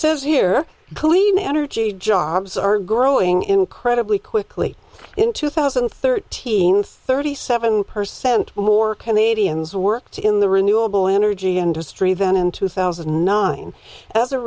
says here clean energy jobs are growing incredibly quickly in two thousand and thirteen thirty seven percent more canadians worked in the renewable energy industry than in two thousand and nine as a